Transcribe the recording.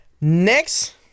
Next